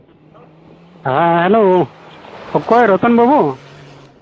ᱦᱮᱸ ᱦᱮᱞᱳ ᱚᱠᱚᱭ ᱨᱚᱛᱚᱱ ᱵᱟᱹᱵᱩ